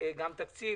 גם תקציב.